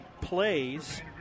plays